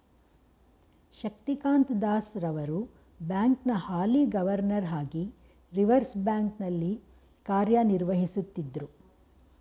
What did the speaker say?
ಶಕ್ತಿಕಾಂತ್ ದಾಸ್ ರವರು ಬ್ಯಾಂಕ್ನ ಹಾಲಿ ಗವರ್ನರ್ ಹಾಗಿ ರಿವರ್ಸ್ ಬ್ಯಾಂಕ್ ನಲ್ಲಿ ಕಾರ್ಯನಿರ್ವಹಿಸುತ್ತಿದ್ದ್ರು